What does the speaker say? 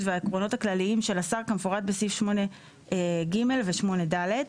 ולעקרונות הכלליים של השר כמפורט בסעיפים 8ג ו-8ד.